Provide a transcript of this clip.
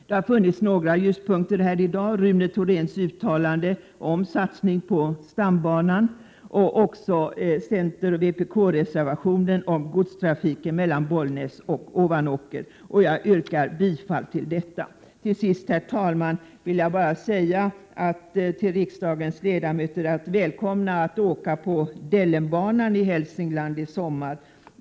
Det har funnits några ljuspunkter här i dag: Rune Thoréns uttalande om satsningen på stambanan och c-vpk-reservationen om godstrafiken mellan Bollnäs och Ovanåker. Jag yrkar bifall härvidlag. Till sist, herr talman, vill jag hälsa riksdagens ledamöter välkomna att åka på Dellenbanan i Hälsingland i sommar.